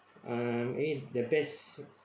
uh I mean the best